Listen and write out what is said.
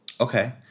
Okay